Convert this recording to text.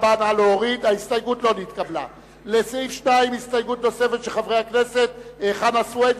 ההסתייגות הראשונה של חברי הכנסת חנא סוייד,